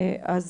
אז